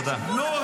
תודה.